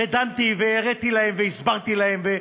דנתי, הראיתי להם והסברתי להם.